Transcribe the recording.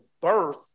birth